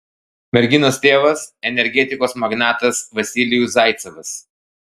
merginos tėvas energetikos magnatas vasilijus zaicevas